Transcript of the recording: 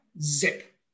Zip